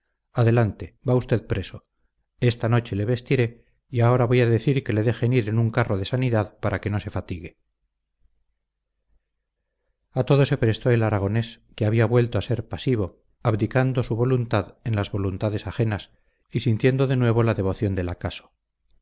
adelante va usted preso esta noche le vestiré y ahora voy a decir que le dejen ir en un carro de sanidad para que no se fatigue a todo se prestó el aragonés que había vuelto a ser pasivo abdicando su voluntad en las voluntades ajenas y sintiendo de nuevo la devoción del acaso